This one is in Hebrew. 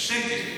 שקל.